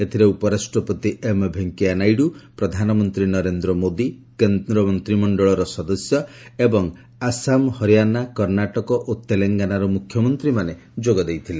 ଏଥିରେ ଉପରାଷ୍ଟ୍ରପତି ଏମ୍ ଭେଙ୍କିୟାନାଇଡୁ ପ୍ରଧାନମନ୍ତ୍ରୀ ନରେନ୍ଦ୍ର ମୋଦି କେନ୍ଦ୍ରମନ୍ତ୍ରିମଣ୍ଡଳର ସଦସ୍ୟ ଏବଂ ଆସାମ ହରିଆଣା କର୍ଣ୍ଣାଟକ ଓ ତେଲଙ୍ଗାନାର ମୁଖ୍ୟମନ୍ତ୍ରୀମାନେ ଯୋଗଦେଇଥିଲେ